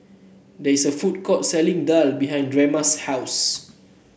there is a food court selling daal behind Drema's house